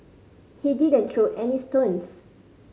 he didn't throw any stones